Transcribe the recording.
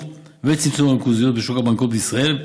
ולצמצום הריכוזיות בשוק הבנקאות בישראל,